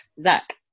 Zach